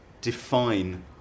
define